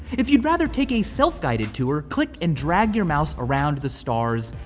if you'd rather take a self guided tour, click and drag your mouse around the stars.